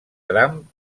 trump